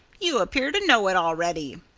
you appear to know it already.